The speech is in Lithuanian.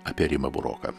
apie rimą buroką